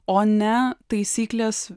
o ne taisyklės